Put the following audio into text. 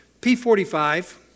P45